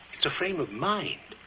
it's a frame of mind.